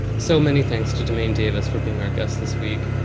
so many thanks to dumaine davis for being our guest this week.